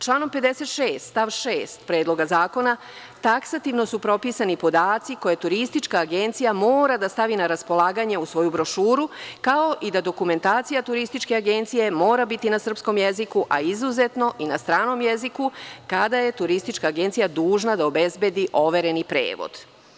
Članom 56. stav 6. Predloga zakona taksativno su propisani podaci koje turistička agencija mora da stavi na raspolaganje u svoju brošuru, kao i da dokumentacija turističke agencije mora biti na srpskom jeziku, a izuzetno i na stranom jeziku, kada je turistička agencija dužna da obezbedi overeni prevod.